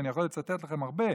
ואני יכול לצטט לכם הרבה,